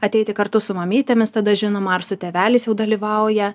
ateiti kartu su mamytėmis tada žinoma ar su tėveliais jau dalyvauja